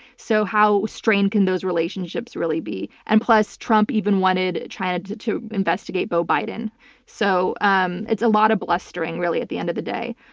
so how strained can those relationships really be? and plus trump even wanted china to to investigate bo biden so um it's a lot of blustering really at the end of the day.